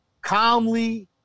calmly